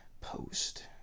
post